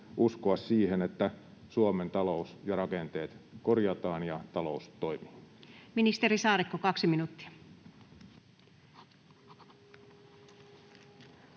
uskoa siihen, että Suomen talous ja rakenteet korjataan ja talous toimii? Ministeri Saarikko, 2 minuuttia.